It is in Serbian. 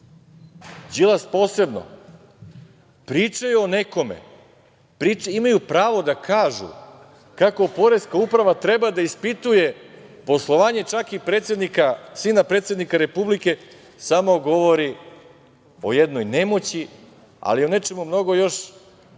Đilas posebno, pričaju o nekome, imaju pravo da kažu kako Poreska uprava treba da ispituje poslovanje, čak i sina predsednika Republike, samo govori o jednoj nemoći ali o nečemu još mnogo